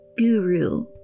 guru